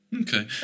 Okay